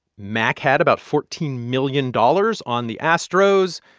mack had about fourteen million dollars on the astros.